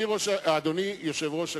אדוני יושב-ראש הכנסת,